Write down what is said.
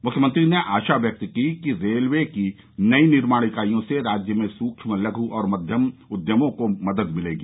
मुख्यमंत्री ने आशा व्यक्त की कि रेलवे की नई निर्माण इकाइयों से राज्य में सूक्ष्म लघु और मध्यम उद्यमों को भी मदद मिलेगी